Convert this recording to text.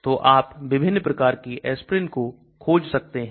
तो आप विभिन्न प्रकार की Aspirin को खोज सकते हैं